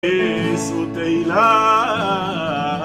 איזו תהילה!